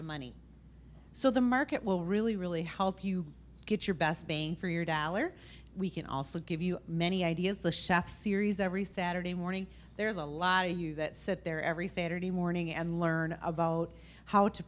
of money so the market will really really help you get your best bang for your dollar we can also give you many ideas the chef series every saturday morning there's a lot to you that sit there every saturday morning and learn about how to